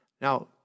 Now